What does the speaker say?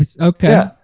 Okay